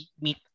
meet